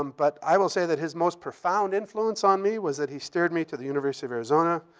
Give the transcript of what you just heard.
um but i will say that his most profound influence on me was that he steered me to the university of arizona,